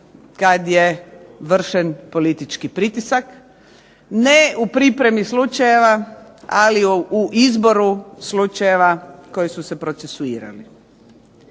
kad je vršen politički pritisak ne u pripremi slučajeva, ali u izboru slučajeva koji su se procesuirali.